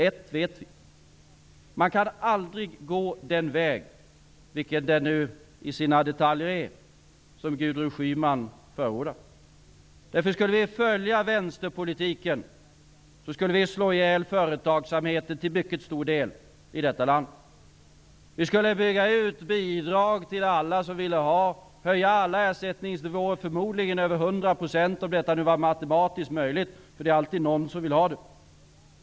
Ett vet vi: Vi kan aldrig gå den väg -- vilken den nu är i sina detaljer -- som Gudrun Schyman förordar. Skulle vi följa vänsterpolitiken, skulle vi till mycket stor del slå ihjäl företagsamheten i detta land. Bidrag skulle ges till alla som vill ha. Vi skulle höja alla ersättningsnivåer -- förmodligen över 100 %, om det nu var matematiskt möjligt. Det är alltid någon som vill ha det.